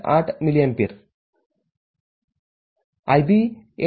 ८mA IB ICβF ४